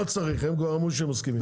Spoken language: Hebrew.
לא צריך, הם כבר אמרו שהם מסכימים.